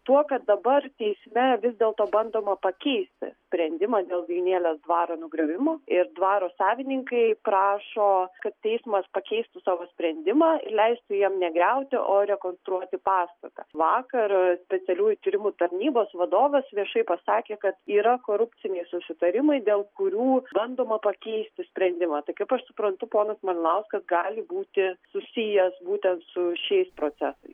tuo kad dabar teisme vis dėlto bandoma pakeisti sprendimą dėl vijūnėlės dvaro nugriovimo ir dvaro savininkai prašo kad teismas pakeistų savo sprendimą leisti jam negriauti o rekonstruoti pastatą vakar specialiųjų tyrimų tarnybos vadovas viešai pasakė kad yra korupciniai susitarimai dėl kurių bandoma pakeisti sprendimą tai kaip aš suprantu ponas matlauskas gali būti susijęs būtent su šiais procesais